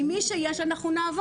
עם מי שיש אנחנו נעבוד,